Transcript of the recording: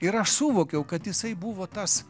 ir aš suvokiau kad jisai buvo tas